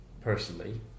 personally